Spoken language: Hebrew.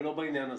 לא בעניין הזה.